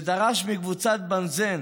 ודרש מקבוצת בז"ן